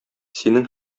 синең